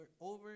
over